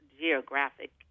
geographic